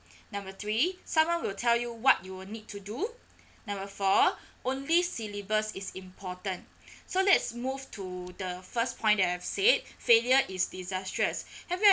number three someone will tell you what you will need to do number four only syllabus is important so let's move to the first point that I've said failure is disastrous have you